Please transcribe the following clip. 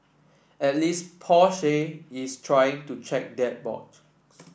at least Porsche is trying to check that box